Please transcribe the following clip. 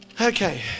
Okay